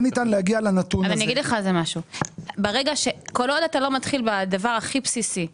ניתן להגיע לנתון הזה --- כל עוד אתה מתחיל בדבר הכי בסיסי,